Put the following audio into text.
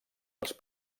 els